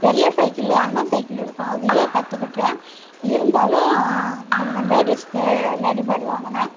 பெரிய சைக்கிளு அண்ணன் சைக்கிளு இருக்கும் அதுலேயே கற்றுக்கிட்டேன் இருந்தாலும் லேடீஸுக்கு லேடி பேர்டு வாங்கினே